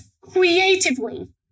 creatively